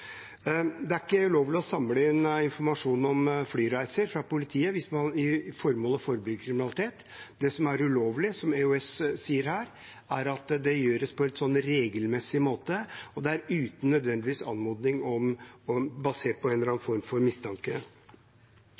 Det er ikke ulovlig for politiet å samle inn informasjon om flyreiser hvis formålet er å forebygge kriminalitet. Det som er ulovlig, som EOS sier her, er at det gjøres på en regelmessig måte og uten nødvendig anmodning eller basert på en eller annen form for mistanke.